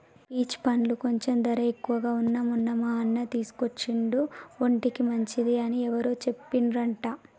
peach పండ్లు కొంచెం ధర ఎక్కువగా వున్నా మొన్న మా అన్న తీసుకొచ్చిండు ఒంటికి మంచిది అని ఎవరో చెప్పిండ్రంట